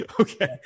Okay